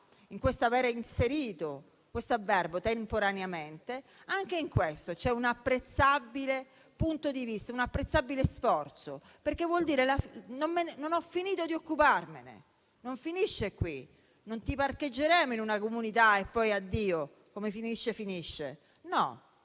e nell'aver inserito l'avverbio "temporaneamente" c'è un apprezzabile punto di vista, un apprezzabile sforzo, perché vuol dire che non ho finito di occuparmene, che non finisce qui, che non ti parcheggeremo in una comunità e poi addio, come finisce finisce. No,